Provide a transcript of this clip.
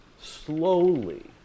slowly